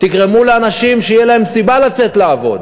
תגרמו לאנשים שתהיה להם סיבה לצאת לעבוד.